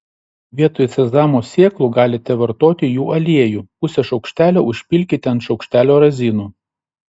vietoj sezamo sėklų galite vartoti jų aliejų pusę šaukštelio užpilkite ant šaukštelio razinų